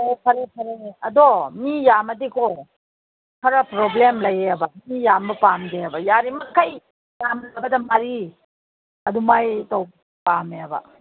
ꯑꯣ ꯐꯔꯦ ꯐꯔꯦ ꯑꯗꯣ ꯃꯤ ꯌꯥꯝꯂꯗꯤꯀꯣ ꯈꯔ ꯄ꯭ꯔꯣꯕ꯭ꯂꯦꯝ ꯂꯩꯌꯦꯕ ꯃꯤ ꯌꯥꯝꯕ ꯄꯥꯝꯗꯦꯕ ꯌꯥꯔꯤ ꯃꯈꯩ ꯌꯥꯝꯃꯕꯗ ꯃꯔꯤ ꯑꯗꯨꯃꯥꯏꯅ ꯇꯧꯕ ꯄꯥꯝꯃꯦꯕ